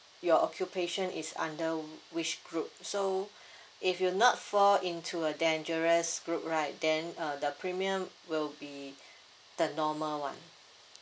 your occupation is under which group so if you not fall into a dangerous group right then uh the premium will be the normal one